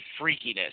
freakiness